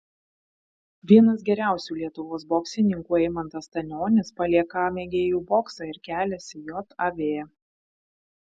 vienas geriausių lietuvos boksininkų eimantas stanionis palieką mėgėjų boksą ir keliasi jav